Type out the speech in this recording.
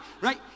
Right